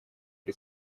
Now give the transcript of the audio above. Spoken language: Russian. при